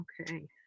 Okay